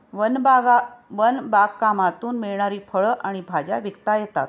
one बागकामातून मिळणारी फळं आणि भाज्या विकता येतात